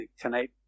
Tonight